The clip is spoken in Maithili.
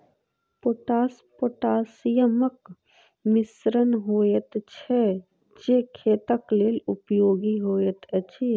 पोटास पोटासियमक मिश्रण होइत छै जे खेतक लेल उपयोगी होइत अछि